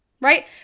right